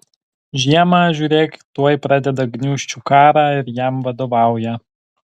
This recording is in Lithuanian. žiemą žiūrėk tuoj pradeda gniūžčių karą ir jam vadovauja